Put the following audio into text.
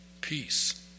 Peace